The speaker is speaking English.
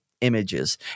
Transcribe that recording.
images